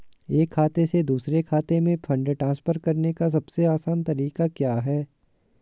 एक खाते से दूसरे खाते में फंड ट्रांसफर करने का सबसे आसान तरीका क्या है?